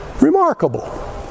remarkable